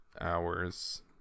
hours